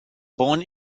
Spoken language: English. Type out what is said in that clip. born